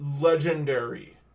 legendary